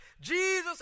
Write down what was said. Jesus